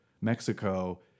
Mexico